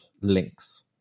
links